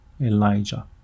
Elijah